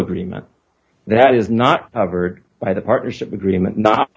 agreement that is not over by the partnership agreement not